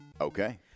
Okay